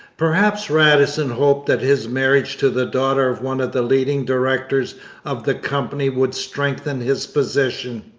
perhaps radisson hoped that his marriage to the daughter of one of the leading directors of the company would strengthen his position.